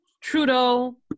Trudeau